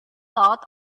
dot